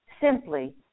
simply